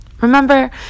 Remember